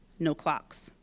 no clocks.